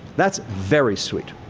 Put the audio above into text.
that's very sweet.